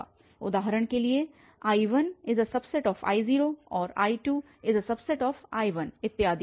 उदाहरण के लिए I1I0 और I2I1 इत्यादि